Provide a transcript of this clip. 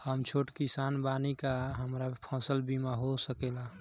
हम छोट किसान बानी का हमरा फसल बीमा हो सकेला?